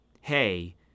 hey